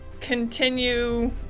continue